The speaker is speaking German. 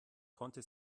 konnte